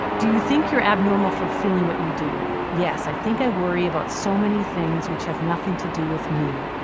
do you think you're abnormal for feeling what you do? yes i think i worry about so many things which have nothing to do with me.